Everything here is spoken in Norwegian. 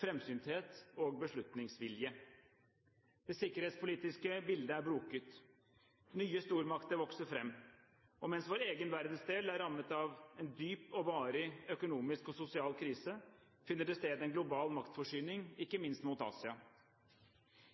framsynthet og beslutningsvilje. Det sikkerhetspolitiske bildet er broket. Nye stormakter vokser fram, og mens vår egen verdensdel er rammet av dyp og varig økonomisk og sosial krise, finner det sted en global maktforskyvning, ikke minst mot Asia.